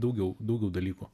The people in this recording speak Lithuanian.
daugiau daugiau dalykų